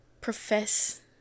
profess